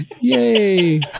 Yay